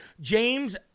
James